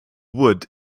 wood